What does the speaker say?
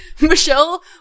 Michelle